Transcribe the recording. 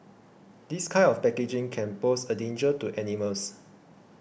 this kind of packaging can pose a danger to animals